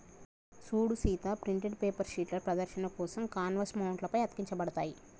సూడు Sita printed paper షీట్లు ప్రదర్శన కోసం కాన్వాస్ మౌంట్ల పై అతికించబడతాయి